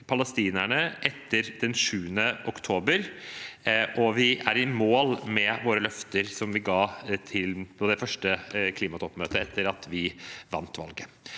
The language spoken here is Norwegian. palestinerne etter den 7. oktober, og vi er i mål med løftene som vi ga på det første klimatoppmøtet etter at vi vant valget.